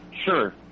Sure